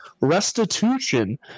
restitution